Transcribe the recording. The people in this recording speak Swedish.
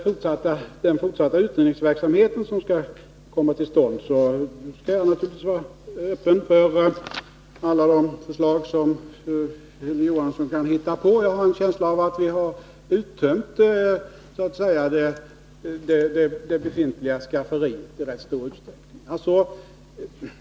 Vad gäller den fortsatta utredningsverksamheten skall jag naturligtvis vara öppen för alla de förslag som Hilding Johansson kan komma fram till. Jag har en känsla av att vi har så att säga uttömt det befintliga skafferiet.